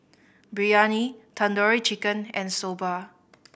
Biryani Tandoori Chicken and Soba